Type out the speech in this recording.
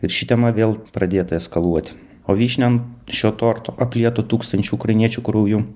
ir ši tema vėl pradėta eskaluot o vyšnia ant šio torto aplieto tūkstančių ukrainiečių krauju